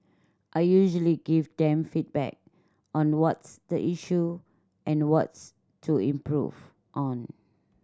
I usually give them feedback on what's the issue and what's to improve on